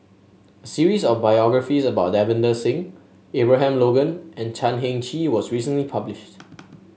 series of biographies about Davinder Singh Abraham Logan and Chan Heng Chee was recently published